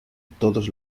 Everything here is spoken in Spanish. todos